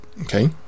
okay